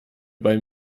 beim